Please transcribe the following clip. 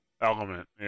element